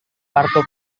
kartu